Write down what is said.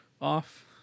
off